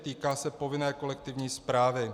Týká se povinné kolektivní správy.